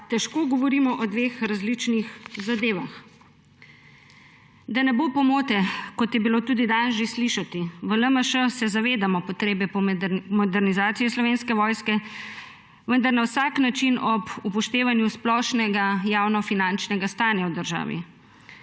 težko govorimo o dveh različnih zadevah. Da ne bo pomote, kot je bilo tudi danes že slišati, v LMŠ se zavedamo potrebe po modernizaciji Slovenske vojske, vendar na vsak način ob upoštevanju splošnega javnofinančnega stanja v državi.